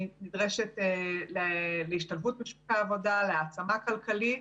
היא נדרשת להשתלבות בשוק העבודה, להעצמה כלכלית,